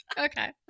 Okay